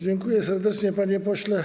Dziękuję serdecznie, panie pośle.